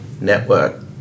network